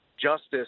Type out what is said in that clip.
justice